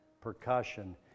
percussion